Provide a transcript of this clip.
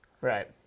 Right